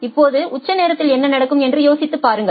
இப்போது உச்ச நேரத்தில் என்ன நடக்கும் என்று யோசித்துப் பாருங்கள்